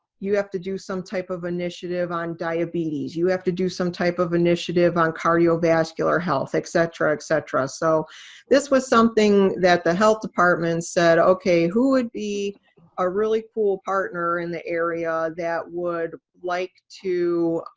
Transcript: you have to do some type of initiative on diabetes. you have to do some type of initiative on cardiovascular health, et cetera, et cetera. so this was something that the health department said okay, who would be a really cool partner in the area that would like to